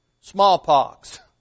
Smallpox